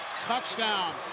touchdown